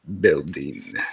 building